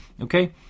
Okay